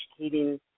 educating